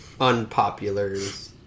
unpopulars